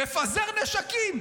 מפזר נשקים.